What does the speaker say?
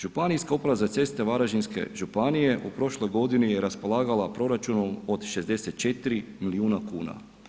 Županijska uprava za ceste Varaždinske županije u prošloj godini je raspolagala proračunom od 64 milijuna kuna.